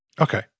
Okay